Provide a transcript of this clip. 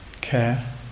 care